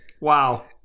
Wow